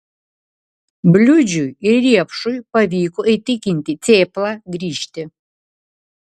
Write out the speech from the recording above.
bliūdžiui ir riepšui pavyko įtikinti cėplą grįžti